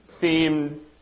seemed